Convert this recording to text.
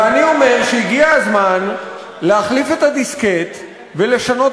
ואני אומר שהגיע הזמן להחליף את הדיסקט ולשנות